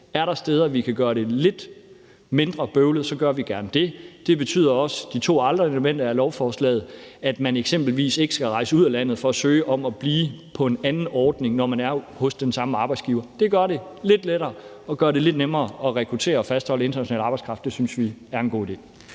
er der steder, vi kan gøre det lidt mindre bøvlet, gør vi gerne det. De to andre elementer af lovforslaget, at man eksempelvis ikke skal rejse ud af landet for at søge om at blive på en anden ordning, når man er hos den samme arbejdsgiver, gør det lidt lettere og gør det lidt nemmere at rekruttere og fastholde international arbejdskraft. Det synes vi er en god idé.